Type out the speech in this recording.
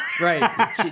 Right